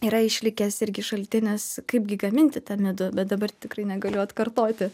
yra išlikęs irgi šaltinis kaipgi gaminti tą midų bet dabar tikrai negaliu atkartoti